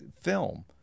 film